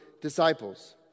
disciples